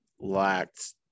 lacked